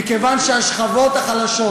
מכיוון שהשכבות החלשות,